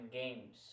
games